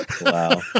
Wow